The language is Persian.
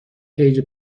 پیجی